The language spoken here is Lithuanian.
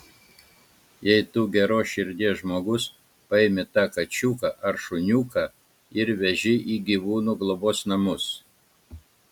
jei tu geros širdies žmogus paimi tą kačiuką ar šuniuką ir veži į gyvūnų globos namus